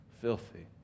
filthy